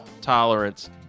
tolerance